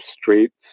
streets